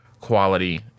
quality